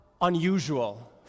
unusual